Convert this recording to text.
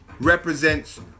represents